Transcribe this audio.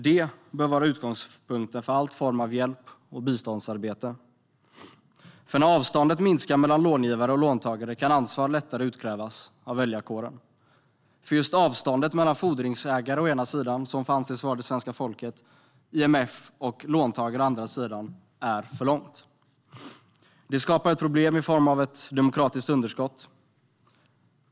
Det bör vara utgångspunkten för all form av hjälp och biståndsarbete. När avståndet minskar mellan långivare och låntagare kan ansvar lättare utkrävas av väljarkåren. Just avståndet mellan fordringsägare - som får anses vara det svenska folket - å ena sidan och IMF och låntagare å andra sidan är för långt. Det skapar ett problem i form av ett demokratiskt underskott.